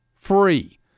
free